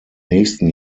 nächsten